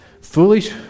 foolish